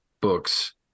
books